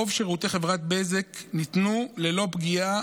רוב שירותי חברת בזק ניתנו ללא פגיעה